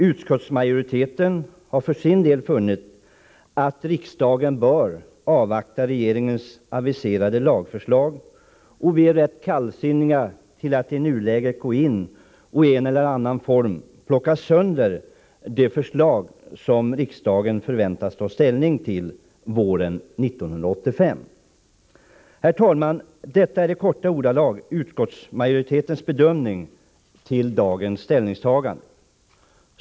Utskottsmajoriteten har för sin del funnit att riksdagen bör avvakta regeringens aviserade lagförslag, och vi är rätt kallsinniga till att i nuläget gå in och i en eller annan form plocka sönder de förslag som riksdagen förväntas ta ställning till våren 1985. Herr talman! Detta är i korta ordalag utskottsmajoritetens bedömning till dagens ställningstagande.